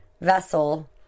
vessel